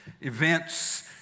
Events